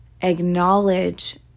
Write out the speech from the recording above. acknowledge